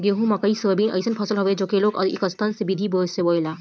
गेंहू, मकई, सोयाबीन अइसन फसल हवे जेके लोग एकतस्सन विधि से बोएला